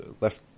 left